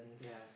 yeah